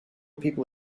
people